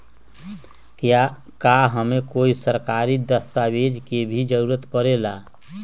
का हमे कोई सरकारी दस्तावेज के भी जरूरत परे ला?